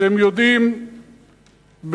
אתם יודעים ודאי